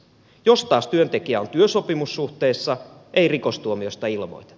jos taas työntekijä on työsopimussuhteessa ei rikostuomiosta ilmoiteta